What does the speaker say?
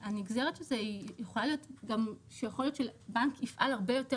הנגזרת של זה יכולה להיות גם שבנק יפעל הרבה יותר